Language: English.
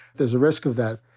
there's a risk of that.